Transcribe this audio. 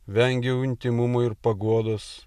vengiau intymumo ir paguodos